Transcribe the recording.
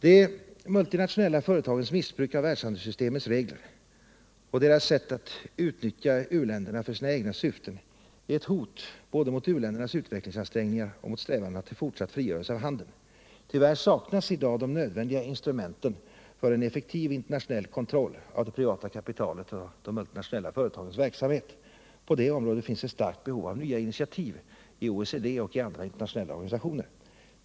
De multinationella företagens missbruk av världshandelns regler och deras sätt att utnyttja u-länderna för sina egna syften är ett hot både mot u-ländernas utvecklingsansträngningar och mot strävandena till fortsatt frigörelse av handeln. Tyvärr saknas i dag de nödvändiga instrumenten för en effektiv internationell kontroll av det privata kapitalet och de multinationella företagens verksamhet. På det området finns ett starkt behov av nya initiativ i OECD och i andra internationella organisationer.